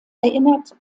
erinnert